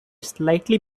slightly